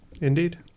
indeed